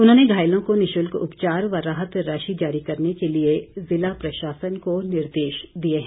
उन्होंने घायलों को निशुल्क उपचार व राहत राशि जारी करने के लिए जिला प्रशासन को निर्देश दिए है